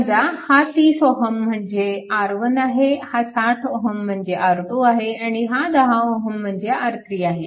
समजा हा 30Ω म्हणजे R1 आहे हा 60Ω म्हणजे R2 आहे आणि हा 10 Ω म्हणजे R3 आहे